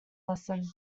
lesson